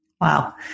Wow